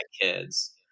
kids